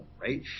right